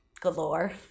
Galore